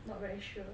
not very sure